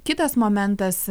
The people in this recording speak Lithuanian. kitas momentas